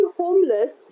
homeless